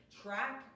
track